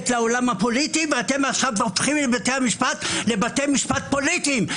את בתי המשפט לבתי משפט פוליטיים.